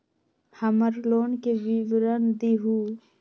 हमर लोन के विवरण दिउ